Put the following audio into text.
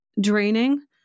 draining